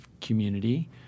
community